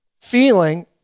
feeling